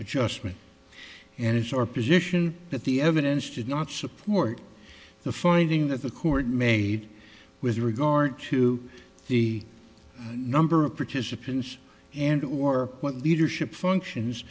adjustment and it's our position that the evidence did not support the finding that the court made with regard to the number of participants and or what leadership functions